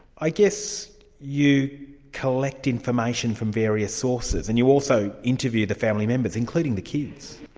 i guess you collect information from various sources, and you also interview the family members, including the kids?